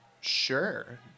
Sure